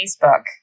Facebook